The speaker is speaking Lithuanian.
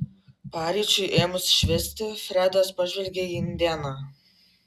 paryčiui ėmus švisti fredas pažvelgė į indėną